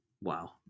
Wow